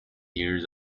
years